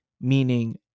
Meaning